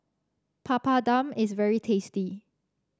papadum is very tasty